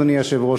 אדוני היושב-ראש,